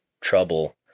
trouble